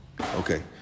Okay